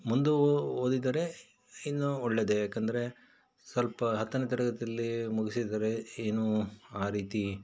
ಮುಂದೆ ಓದಿದರೆ ಇನ್ನೂ ಒಳ್ಳೆಯದೆ ಯಾಕಂದರೆ ಸ್ವಲ್ಪ ಹತ್ತನೆ ತರಗತಿಯಲ್ಲಿ ಮುಗಿಸಿದರೆ ಏನು ಆ ರೀತಿ